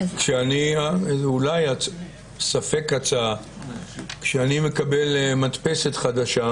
אולי ספק הצעה: כשאני מקבל מדפסת חדשה